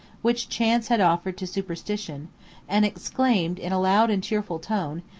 which chance had offered to superstition and exclaimed, in a loud and cheerful tone,